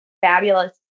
fabulous